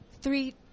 three